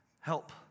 help